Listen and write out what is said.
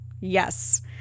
yes